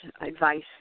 advice